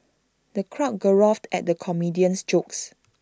the crowd guffawed at the comedian's jokes